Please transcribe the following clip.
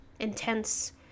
intense